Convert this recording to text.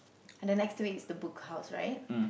and then next to it is the Book House right